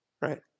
right